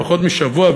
פחות משבוע,